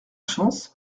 chance